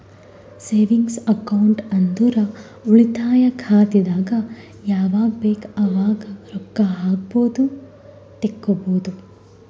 savings account ಅಂದುರ್ ಉಳಿತಾಯ ಖಾತೆದಾಗ್ ಯಾವಗ್ ಬೇಕ್ ಅವಾಗ್ ರೊಕ್ಕಾ ಹಾಕ್ಬೋದು ತೆಕ್ಕೊಬೋದು